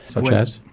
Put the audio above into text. such as?